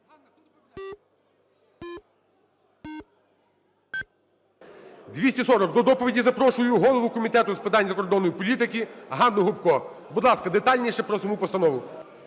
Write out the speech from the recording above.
За-240 До доповіді запрошує голову комітету з питань закордонної політики Ганну Гопко. Будь ласка, детальніше про саму постанову.